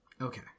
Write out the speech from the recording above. okay